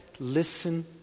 listen